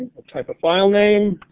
type a file name.